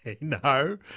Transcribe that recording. No